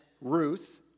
Ruth